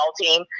team